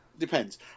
Depends